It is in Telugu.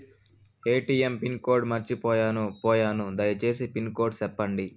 ఎ.టి.ఎం పిన్ కోడ్ మర్చిపోయాను పోయాను దయసేసి పిన్ కోడ్ సెప్పండి?